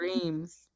dreams